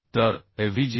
तरAVg